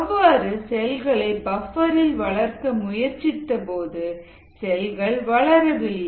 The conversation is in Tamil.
அவ்வாறு செல்களை பஃப்பர்ரில் வளர்க்க முயற்சித்தபோது செல்கள் வளர வில்லை